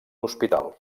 hospital